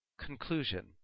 Conclusion